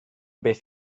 beth